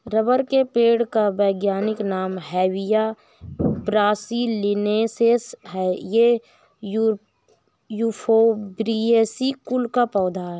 rubber के पेड़ का वैज्ञानिक नाम हेविया ब्रासिलिनेसिस है ये युफोर्बिएसी कुल का पौधा है